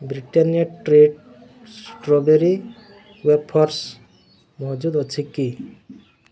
Britannia treat strawberry wafers ମହଜୁଦ ଅଛି କି